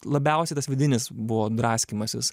labiausiai tas vidinis buvo draskymasis